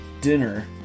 dinner